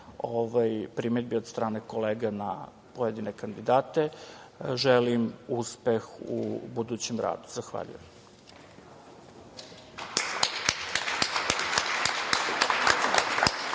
primedbi od strane kolega na pojedine kandidate, želim uspeh u budućem radu. Zahvaljujem.